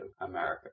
America